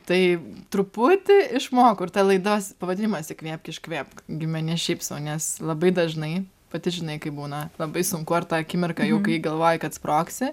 tai truputį išmoku ir ta laidos pavadinimas įkvėpk iškvėpk gimė ne šiaip sau nes labai dažnai pati žinai kaip būna labai sunku ar tą akimirką jau kai galvoji kad sprogsi